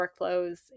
workflows